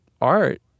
Art